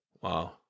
Wow